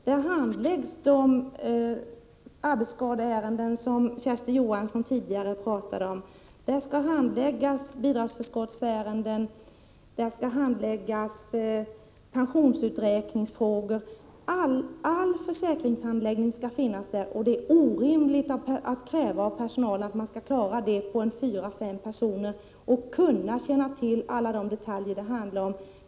Där handläggs de arbetsskadeärenden som Kersti Johansson tidigare talade om, och där handläggs bidragsförskottsärenden och pensionsuträkningsfrågor. All försäkringshandläggning skall ske på dessa lokalkontor. Det är orimligt att kräva att en personal på fyra fem personer skall klara detta och känna till alla detaljer inom alla olika områden.